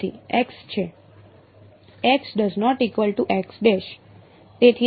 વિદ્યાર્થી x છે